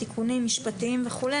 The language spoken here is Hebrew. תיקונים משפטיים וכולי,